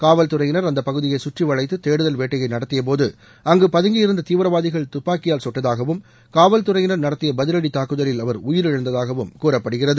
காவல்துறையினர் அந்த பகுதியைச் சுற்றி வளைத்து தேடுதல் வேட்டையை நடத்தியபோது அங்கு பதங்கி இருந்த தீவிரவாதிகள் துப்பாக்கியால் குட்டதாகவும் காவல்துறையினர் நடத்திய பதிவடி தாக்குதலில் அவர் உயிரிழந்ததாகவும் கூறப்படுகிறது